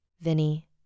Vinny